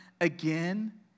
again